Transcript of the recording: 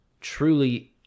truly